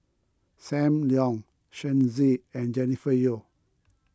Sam Leong Shen Xi and Jennifer Yeo